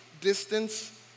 distance